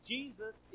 Jesus